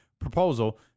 proposal